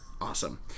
Awesome